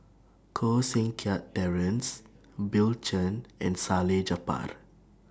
Koh Seng Kiat Terence Bill Chen and Salleh Japar